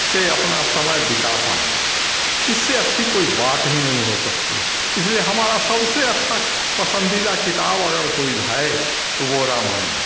से अपना समय बिता पाएंगे इससे अच्छी कोई बात ही नहीं हो सकती है इसलिए हमारा सबसे अच्छा पसंदीदा किताब अगर कोई है तो वो रामायण है